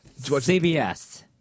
CBS